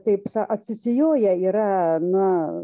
taip sa atsisijoję yra na